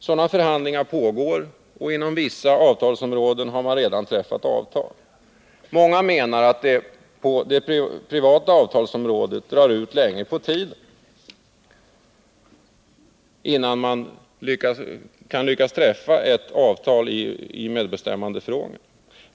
Sådana förhandlingar pågår, och inom vissa avtalsområden har man redan träffat avtal. Många menar att det på det privata avtalsområdet drar ut långt på tiden innan man lyckas träffa ett avtal i medbestämmandefrågor.